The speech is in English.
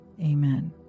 Amen